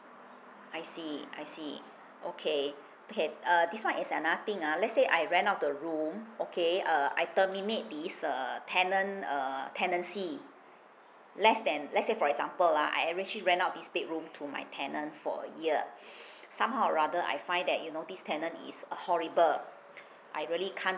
I see I see okay okay uh this one is another thing ah let's say I rent out the room okay uh I terminate this uh tenant uh tenancy less than let's say for example lah I actually rent out this bedroom to my tenant for a year somehow rather I find that you know this tenant is uh horrible I really can't